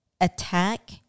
attack